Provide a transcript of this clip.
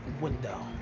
window